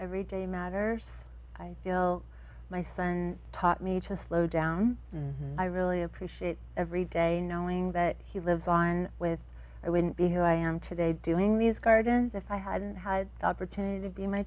every day matters i feel my son taught me to slow down i really appreciate every day knowing that he lives on with i wouldn't be who i am today doing these gardens if i hadn't had the opportunity to be my